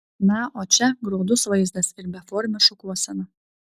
na o čia graudus vaizdas ir beformė šukuosena